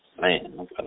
man